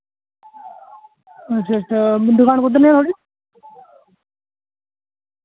अच्छा अच्छा दुकान कुद्धर नेह् ऐ थुआढ़ी